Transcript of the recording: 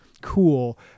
cool